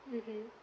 mmhmm